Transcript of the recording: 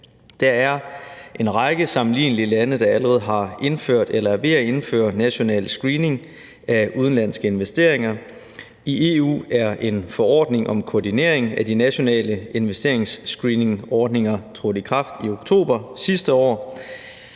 Der er en række sammenlignelige lande, der allerede har indført eller er ved at indføre national screening af udenlandske investeringer. I EU er en forordning om koordinering af de nationale investeringsscreeningsordninger trådt i kraft i oktober sidste år,